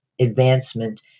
advancement